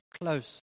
close